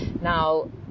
Now